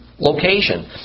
location